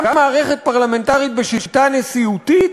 גם במערכת פרלמנטרית בשיטה נשיאותית,